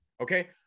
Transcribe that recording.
Okay